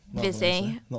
Busy